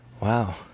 Wow